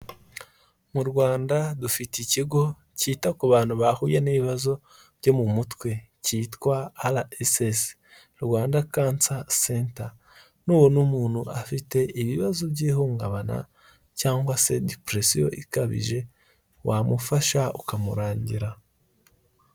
Mu rwanda dufite ikigo cyita ku bantu bahuye n'ibibazo byo mu mutwe cyitwa, ara esesi Rwanda kansa senta, nubona umuntu afite ibibazo by'ihungabana cyangwa se diperesiyo ikabije wamufasha ukamurangira.